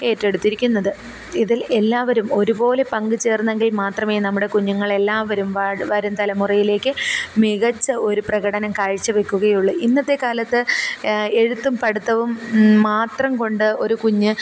ഏറ്റെടുത്തിരിക്കുന്നത് ഇതിൽ എല്ലാവരും ഒരുപോലെ പങ്കു ചേർന്നെങ്കിൽ മാത്രമേ നമ്മുടെ കുഞ്ഞുങ്ങൾ എല്ലാവരും വരും തലമുറയിലേക്ക് മികച്ച ഒരു പ്രകടനം കാഴ്ച്ച വയ്ക്കുകയുള്ളു ഇന്നത്തെ കാലത്ത് എഴുത്തും പഠിത്തവും മാത്രം കൊണ്ട് ഒരു കുഞ്ഞ്